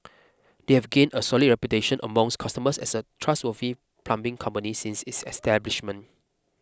they have gained a solid reputation amongst customers as a trustworthy plumbing company since its establishment